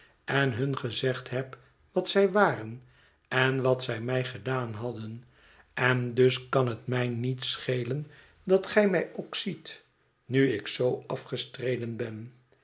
en hun gezegd heb wat zij waren en wat zij mij gedaan hadden en dus kan het mij niet schelen dat gij mij ook ziet nu ik zoo afgestreden ben